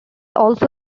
also